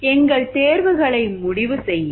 எங்கள் தேர்வுகளை முடிவு செய்யுங்கள்